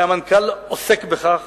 והמנכ"ל עוסק בכך